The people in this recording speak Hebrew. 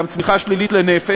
גם צמיחה שלילית לנפש,